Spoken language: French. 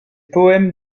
poèmes